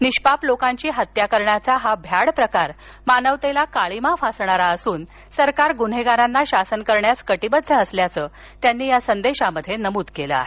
निष्पाप लोकांची हत्त्या करण्याचा हा भ्याड प्रकार मानवतेला काळीमा फासणारा असून सरकार गुन्हेगारांना शासन करण्यास कटीबद्ध असल्याचं त्यांनी या संदेशात नमूद केलं आहे